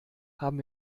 haben